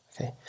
Okay